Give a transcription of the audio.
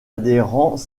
adhérents